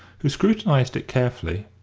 who scrutinised it carefully,